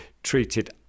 treated